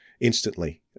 instantly